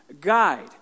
guide